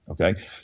Okay